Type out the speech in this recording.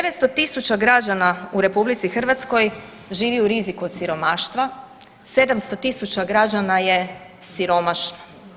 900.000 građana u RH živi u riziku od siromaštva, 700.000 građana je siromašno.